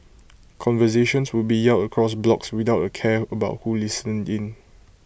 conversations would be yelled across blocks without A care about who listened in